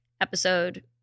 episode